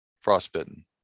Frostbitten